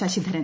Sasidharan